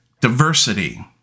diversity